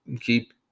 keep